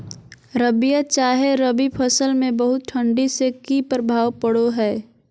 रबिया चाहे रवि फसल में बहुत ठंडी से की प्रभाव पड़ो है?